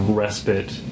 respite